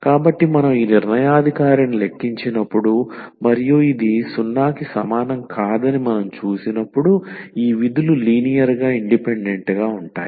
కాబట్టి మనం ఈ నిర్ణయాధికారిని లెక్కించినప్పుడు మరియు ఇది 0 కి సమానం కాదని మనం చూసినప్పుడు ఈ విధులు లీనియర్ గా ఇండిపెండెంట్ గా ఉంటాయి